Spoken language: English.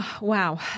Wow